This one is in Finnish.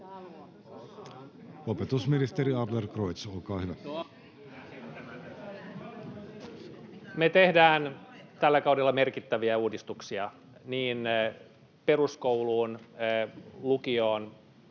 Opetusministeri Adlercreutz, olkaa hyvä. Me tehdään tällä kaudella merkittäviä uudistuksia niin peruskouluun, lukioon